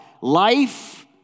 Life